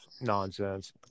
nonsense